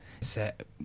set